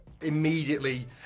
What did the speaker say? immediately